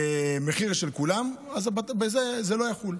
מחיר של כולם, אז שם זה לא יחול.